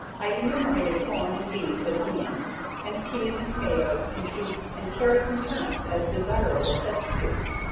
i enumerated corn and beans and onions and peas and tomatoes and beets and carrots and turnips as desirable substitutes.